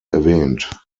erwähnt